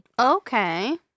Okay